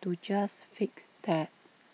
to just fix that